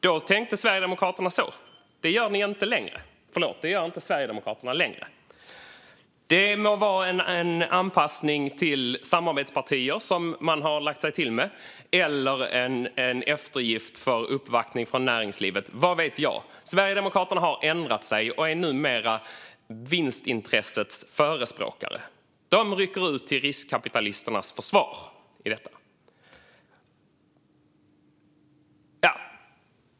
Då tänkte Sverigedemokraterna på det sättet. Det gör de inte längre. Det må vara en anpassning till samarbetspartier som man har lagt sig till med eller en eftergift för uppvaktning från näringslivet. Vad vet jag? Sverigedemokraterna har ändrat sig och är numera vinstintressets förespråkare. De rycker ut till riskkapitalisternas försvar i detta.